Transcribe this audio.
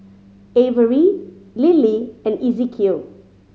Avery Lilly and Ezekiel